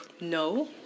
No